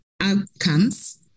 outcomes